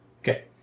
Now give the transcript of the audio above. Okay